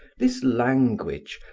this language,